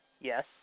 Yes